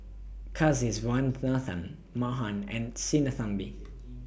Kasiviswanathan Mahan and Sinnathamby